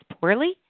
poorly